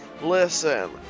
listen